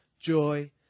joy